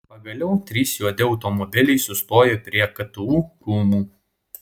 pagaliau trys juodi automobiliai sustojo prie ktu rūmų